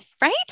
right